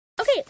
Okay